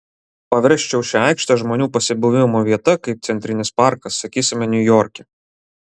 paversčiau šią aikštę žmonių pasibuvimo vieta kaip centrinis parkas sakysime niujorke